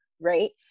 right